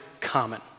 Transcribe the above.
common